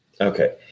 Okay